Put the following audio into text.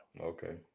Okay